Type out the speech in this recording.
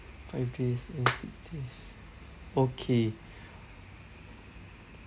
five days and six days okay